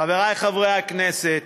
חברי חברי הכנסת,